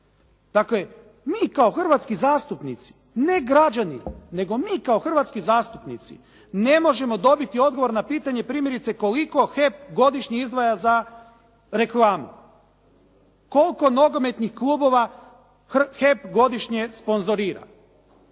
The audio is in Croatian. Dakle mi kao hrvatski zastupnici ne građani, nego mi kao hrvatski zastupnici ne možemo donijeti odgovor na pitanje primjerice koliko HEP godišnje izdvaja za reklamu. Koliko nogometnih klubova HEP godišnje sponzorira.